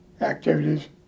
activities